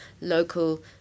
local